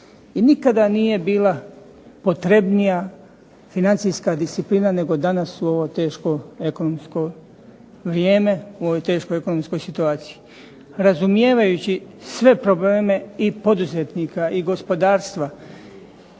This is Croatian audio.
nikada nije bila potrebnija financijska disciplina nego danas u ovo teško ekonomsko vrijeme, u ovoj teškoj ekonomskoj situaciji. Razumijevajući sve probleme i poduzetnika i gospodarstva